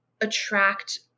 attract